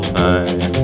time